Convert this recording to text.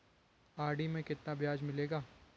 RD में कितना ब्याज मिलेगा?